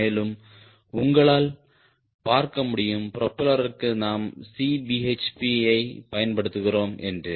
மேலும் உங்களால் பார்க்க முடியும் ப்ரொபெல்லருக்கு நாம் Cbhp ஐப் பயன்படுத்துகிறோம் என்று